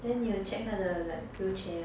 then 你有 check 他的 like wheelchair